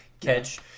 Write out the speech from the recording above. catch